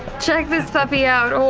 check this puppy out. oh,